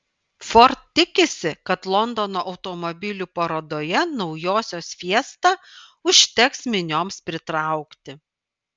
ford tikisi kad londono automobilių parodoje naujosios fiesta užteks minioms pritraukti